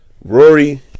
Rory